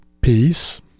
peace